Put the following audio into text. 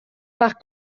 par